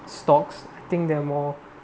stocks I think they are more